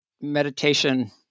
meditation